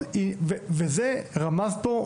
רמזת פה,